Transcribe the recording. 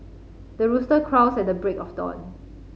the rooster crows at the break of dawn